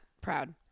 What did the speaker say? proud